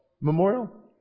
Memorial